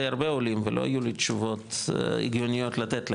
הרבה עולים ולא היו לי תשובות הגיוניות לתת להם,